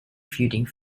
feuding